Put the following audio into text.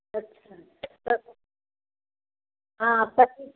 हाँ